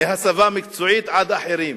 מהסבה מקצועית עד אחרים,